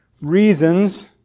reasons